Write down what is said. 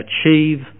achieve